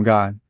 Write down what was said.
God